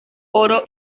oro